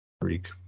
Greek